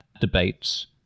debates